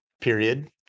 period